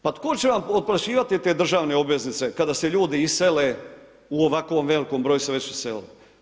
Pa tko će vam otplaćivati te državne obveznice kada se ljudi isele, u ovakvom velikom broju se već iselilo?